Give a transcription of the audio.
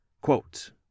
Quote